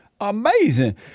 Amazing